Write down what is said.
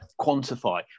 quantify